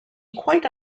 quite